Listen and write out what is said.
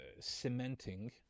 cementing